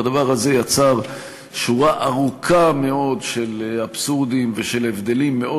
והדבר הזה יצר שורה ארוכה מאוד של אבסורדים ושל הבדלים מאוד